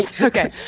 Okay